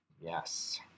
Yes